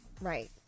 right